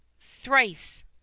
thrice